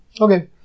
Okay